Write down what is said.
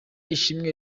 ishimwe